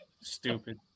Stupid